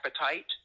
appetite